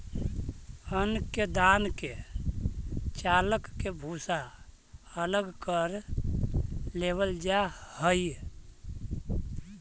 अन्न के दान के चालके भूसा अलग कर लेवल जा हइ